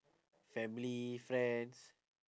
family friends